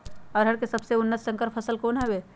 अरहर के सबसे उन्नत संकर फसल कौन हव?